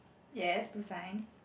yes to signs